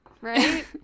Right